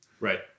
Right